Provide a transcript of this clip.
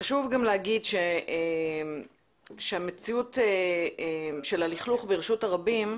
חשוב גם להגיד שהמציאות של הלכלוך ברשות הרבים,